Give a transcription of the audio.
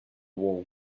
wall